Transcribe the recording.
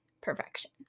perfection